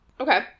Okay